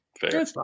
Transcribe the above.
fair